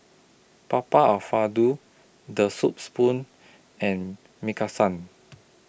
Papa Alfredo The Soup Spoon and Maki San